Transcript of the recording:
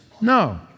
No